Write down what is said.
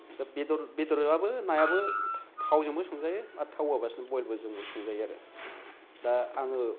दा बेदर बेदरआबो नायाबो था थावजोंबो संजायो आर थाव होआलासैनो बयलबोजोंबो संजायो आरो दा आङो